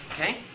Okay